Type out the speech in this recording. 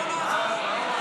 אילטוב?